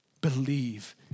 Believe